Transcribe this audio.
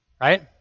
right